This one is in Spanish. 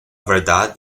verdad